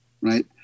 right